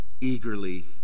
eagerly